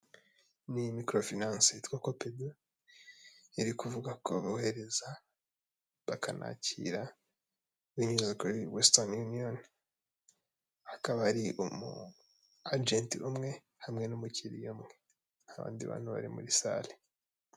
Niyi mikorofinanse yitwa kopedu iri kuvuga ko bohereza bakanakira binyuze kuri westani uniyoni. Akaba ari umu ajenti umwe hamwe n'umukiriya umwe. Ntabandi bantu bari muri salle.